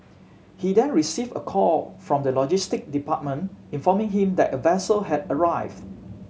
he then received a call from the logistic department informing him that a vessel had arrived